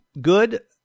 good